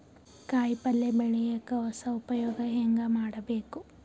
ಕಾಯಿ ಪಲ್ಯ ಬೆಳಿಯಕ ಹೊಸ ಉಪಯೊಗ ಹೆಂಗ ಮಾಡಬೇಕು?